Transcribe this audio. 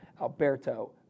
Alberto